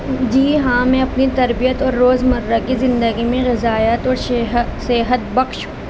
جی ہاں میں اپنی تربیت اور روز مرہ کی زندگی میں غذائیت اور صحت بخش